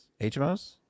hmos